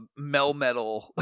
Melmetal